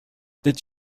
did